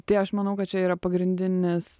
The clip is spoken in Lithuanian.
tai aš manau kad čia yra pagrindinis